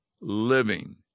living